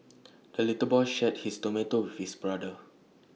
the little boy shared his tomato with his brother